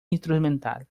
instrumental